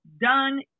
done